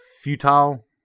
futile